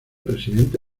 presidente